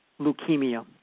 leukemia